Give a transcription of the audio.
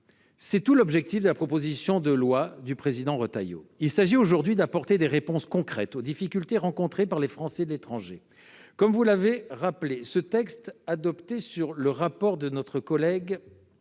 C'est tout l'objectif de la proposition de loi du président Retailleau ; il s'agit aujourd'hui d'apporter des réponses concrètes aux difficultés rencontrées par les Français de l'étranger. Comme il a déjà été rappelé, ce texte, adopté sur le rapport de notre collègue